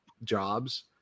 jobs